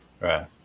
Right